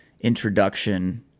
introduction